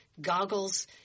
goggles